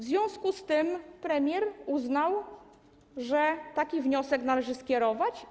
W związku z tym premier uznał, że taki wniosek należy tam skierować.